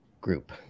group